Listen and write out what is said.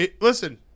listen